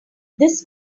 this